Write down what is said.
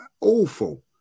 Awful